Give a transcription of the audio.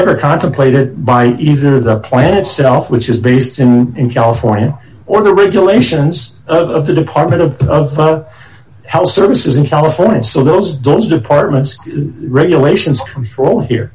never contemplated by either the plan itself which is based in california or the regulations of the department of health services in california so those those departments regulations co